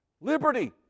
Liberty